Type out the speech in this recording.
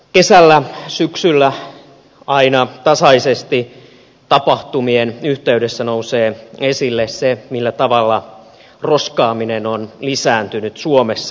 kesällä syksyllä aina tasaisesti tapahtumien yhteydessä nousee esille se millä tavalla roskaaminen on lisääntynyt suomessa